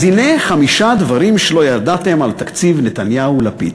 אז הנה חמישה דברים שלא ידעתם על תקציב נתניהו-לפיד: